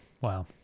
Wow